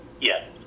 Yes